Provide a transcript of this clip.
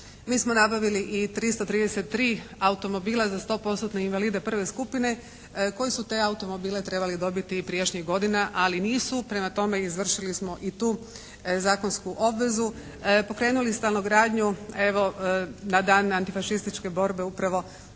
Mi smo nabavili i 333 automobila za 100%-tne invalide prve skupine koji su te automobile trebali dobiti prijašnjih godina ali nisu. Prema tome, izvršili smo i tu zakonsku obvezu. Pokrenuli stanogradnju. Evo, na Dan antifašističke borbe upravo